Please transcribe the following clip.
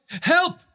help